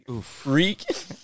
freak